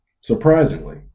surprisingly